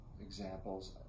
examples